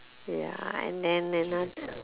ya and then another